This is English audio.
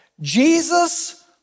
Jesus